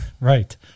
Right